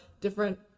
different